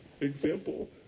example